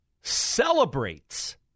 celebrates